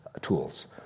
tools